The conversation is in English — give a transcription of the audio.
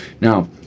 Now